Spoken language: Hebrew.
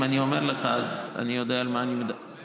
אם אני אומר לך אז אני יודע על מה אני מדבר.